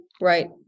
Right